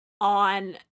on